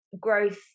growth